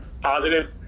positive